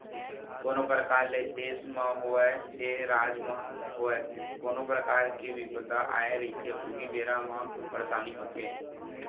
कोनो परकार ले देस म होवय ते राज म होवय कोनो परकार के बिपदा आए रहिथे उही बेरा म परसानी होथे